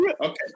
Okay